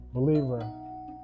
believer